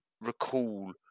recall